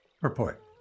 Report